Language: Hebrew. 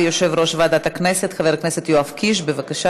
לחברת הכנסת יעל גרמן ולחבר הכנסת בני בגין,